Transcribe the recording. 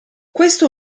questa